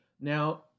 Now